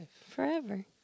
Forever